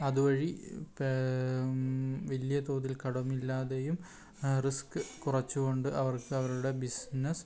അതുവഴി വലിയ തോതിൽ കടമില്ലാതെയും റിസ്ക്ക് കുറച്ചുകൊണ്ട് അവർക്ക് അവരുടെ ബിസ്നസ്സ്